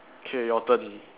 okay your turn